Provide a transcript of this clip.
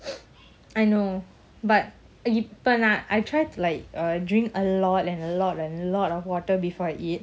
I know but இப்பநான்:ipa nan I try to like uh drink a lot and a lot and a lot of water before I eat